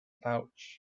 pouch